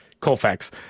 Colfax